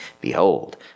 Behold